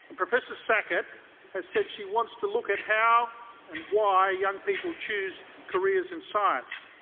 professor sackett has said she wants to look at how and why young people choose careers in science.